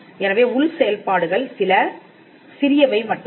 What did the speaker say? எனவே உள் செயல்பாடுகள் சில சிறியவை மட்டுமே